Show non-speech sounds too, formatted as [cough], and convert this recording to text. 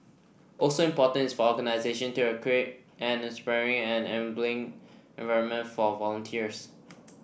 also important is for organisation to create an inspiring and enabling environment for volunteers [noise]